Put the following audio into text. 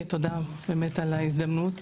תודה באמת על ההזדמנות